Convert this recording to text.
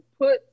put